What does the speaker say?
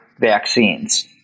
vaccines